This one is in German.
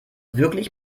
wirklich